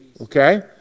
okay